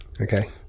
Okay